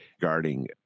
guarding